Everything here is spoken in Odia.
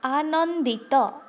ଆନନ୍ଦିତ